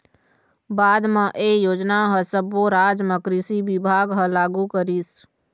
बाद म ए योजना ह सब्बो राज म कृषि बिभाग ह लागू करिस